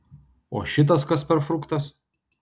o šitas kas per fruktas